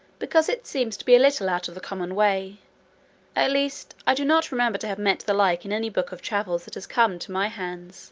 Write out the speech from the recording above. because it seems to be a little out of the common way at least i do not remember to have met the like in any book of travels that has come to my hands